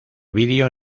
video